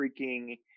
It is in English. freaking